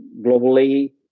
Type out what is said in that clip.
globally